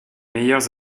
meilleurs